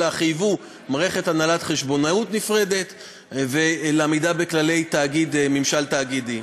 אלא חייבו מערכת הנהלת חשבונות נפרדת ועמידה בכללי ממשל תאגידי.